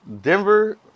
Denver